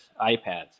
iPads